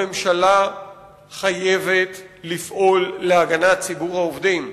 הממשלה חייבת לפעול להגנת ציבור העובדים.